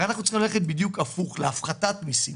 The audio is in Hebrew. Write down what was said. אנחנו צריכים ללכת בדיוק הפוך, להפחתת מסים